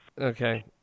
Okay